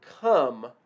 come